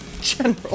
general